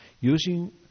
using